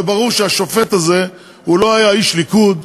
וברור שהשופט הזה לא היה איש ליכוד,